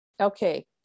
okay